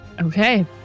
Okay